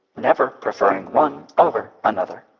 never preferring one over another.